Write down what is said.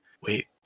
Wait